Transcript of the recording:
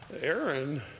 Aaron